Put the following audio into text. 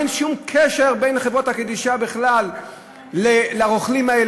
אין שום קשר בין חברות קדישא בכלל לרוכלים האלה,